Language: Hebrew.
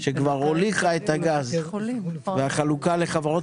שכבר הוליכה את הגז והחלוקה לחברות